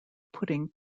putting